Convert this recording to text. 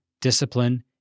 discipline